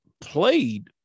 played